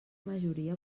majoria